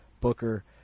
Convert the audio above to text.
Booker